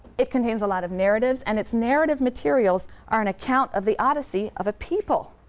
it contains a lot of narratives and its narrative materials are an account of the odyssey of a people,